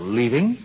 leaving